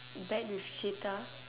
bat with cheetah